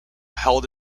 held